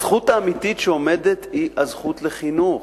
הזכות האמיתית שעומדת היא הזכות לחינוך,